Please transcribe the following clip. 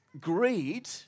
Greed